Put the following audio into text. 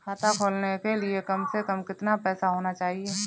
खाता खोलने के लिए कम से कम कितना पैसा होना चाहिए?